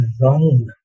wrong